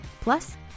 Plus